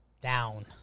Down